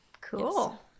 cool